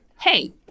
hey